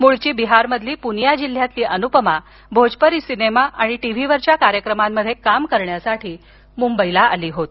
मूळची बिहारमधील पुनिया जिल्ह्यातली अनुपमा भोजपुरी सिनेमा आणि टिव्हीवरील कार्यक्रमांमध्ये काम करण्यासाठी मुंबईला आली होती